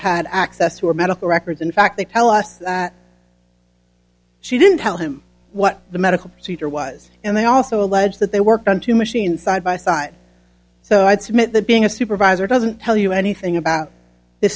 had access to her medical records in fact they tell us she didn't tell him what the medical procedure was and they also allege that they worked on two machines side by side so i'd submit that being a supervisor doesn't tell you anything about th